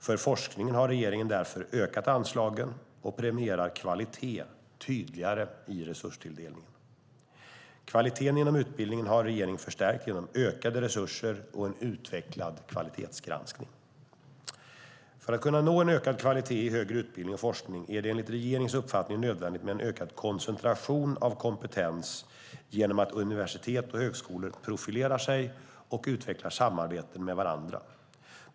För forskningen har regeringen därför ökat anslagen och premierar kvalitet tydligare i resurstilldelningen. Kvaliteten inom utbildningen har regeringen förstärkt genom ökade resurser och en utvecklad kvalitetsgranskning. För att kunna nå en ökad kvalitet i högre utbildning och forskning är det enligt regeringens uppfattning nödvändigt med en ökad koncentration av kompetens genom att universitet och högskolor profilerar sig och utvecklar samarbete med varandra.